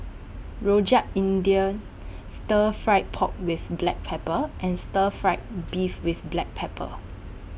Rojak India Stir Fry Pork with Black Pepper and Stir Fry Beef with Black Pepper